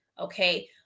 okay